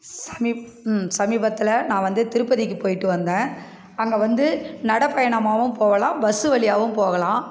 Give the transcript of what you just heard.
சமீ சமீபத்தில் நான் வந்து திருப்பதிக்கு போய்ட்டு வந்தேன் அங்கே வந்து நடை பயணமாகவும் போகலாம் பஸ் வழியாகவும் போகலாம்